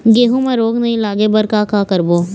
गेहूं म रोग नई लागे बर का का करबो?